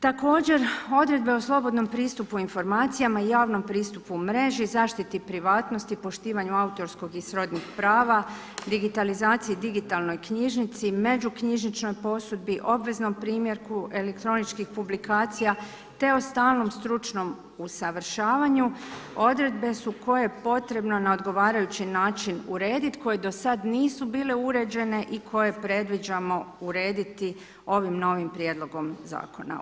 Također odredbe o slobodnom pristupu informacijama i javnom pristupu mreži, zaštiti privatnosti i poštivanju autorskog i srodnih prava, digitalizacije digitalnoj knjižnici, međuknjižničnoj posudbi, obveznom primjerku elektroničkih publikacija te o stalnom stručnom usavršavanju odredbe su koje je potrebno na odgovarajući način urediti koje do sada nisu bile uređene i koje predviđamo urediti ovim novim prijedlogom zakona.